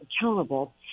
accountable